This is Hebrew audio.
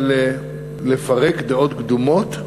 אבל לפרק דעות קדומות,